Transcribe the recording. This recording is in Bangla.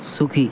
সুখী